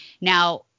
Now